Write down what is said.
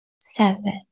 seven